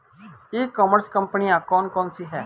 ई commerce कंपनियाँ कौन कौन सी हैं?